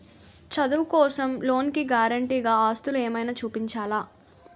చదువు కోసం లోన్ కి గారంటే గా ఆస్తులు ఏమైనా చూపించాలా?